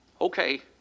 Okay